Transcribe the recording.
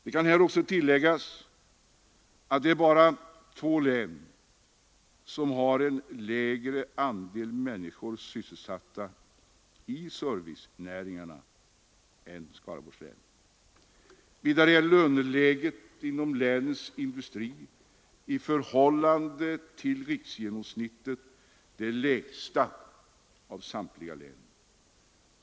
Det kan också tilläggas att bara två län har en lägre andel människor sysselsatta i servicenäringarna än Skaraborgs län. Vidare är löneläget inom länets industri i förhållande till riksgenomsnittet det lägsta bland samtliga län.